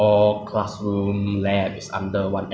我的是 aerospace 所以 aerospace 在